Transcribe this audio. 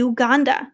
Uganda